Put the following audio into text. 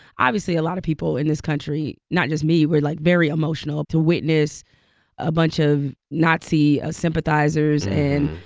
obviously, a lot of people in this country not just me were, like, very emotional to witness a bunch of nazi ah sympathizers and,